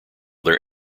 their